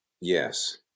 Yes